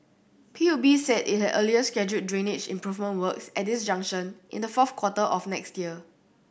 P U B said it had earlier scheduled drainage improvement works at this junction in the fourth quarter of next year